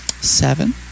seven